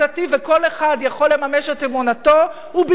וכל אחד יכול לממש את אמונתו ובלבד